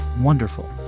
wonderful